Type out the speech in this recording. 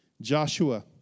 Joshua